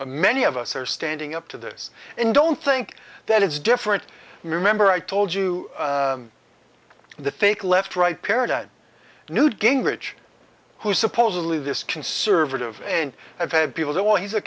a many of us are standing up to this and don't think that it's different remember i told you the fake left right paradigm newt gingrich who's supposedly this conservative and i've had people say well he's a